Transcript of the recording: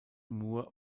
moore